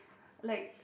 like